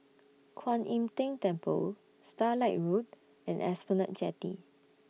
Kwan Im Tng Temple Starlight Road and Esplanade Jetty